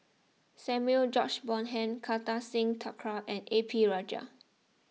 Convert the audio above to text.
Samuel George Bonham Kartar Singh Thakral and A P Rajah